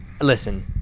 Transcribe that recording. listen